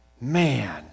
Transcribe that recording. Man